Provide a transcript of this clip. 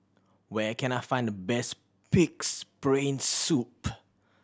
where can I find the best Pig's Brain Soup